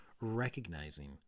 recognizing